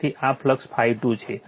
તેથી આ ફ્લક્સ ∅2 છે